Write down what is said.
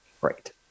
Great